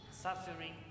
Suffering